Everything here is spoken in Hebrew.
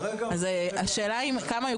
שנייה,